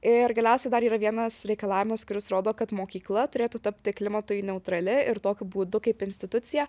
ir galiausiai dar yra vienas reikalavimas kuris rodo kad mokykla turėtų tapti klimatui neutrali ir tokiu būdu kaip institucija